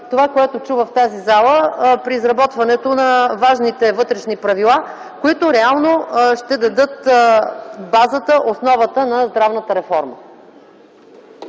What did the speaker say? онова, което чу в тази зала, при изработването на важните вътрешни правила, които реално ще дадат основата на здравната реформа.